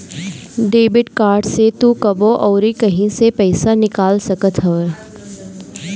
debit card से तू कबो अउरी कहीं से पईसा निकाल सकत हवअ